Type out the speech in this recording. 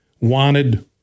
wanted